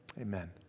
Amen